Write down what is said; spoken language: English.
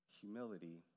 humility